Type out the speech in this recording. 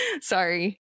Sorry